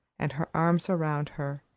and her arms around her,